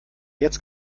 jetzt